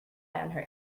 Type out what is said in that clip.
her